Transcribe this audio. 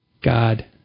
God